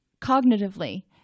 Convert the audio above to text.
cognitively